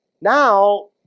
Now